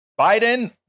Biden